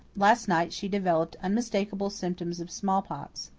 last night she developed unmistakable symptoms of smallpox.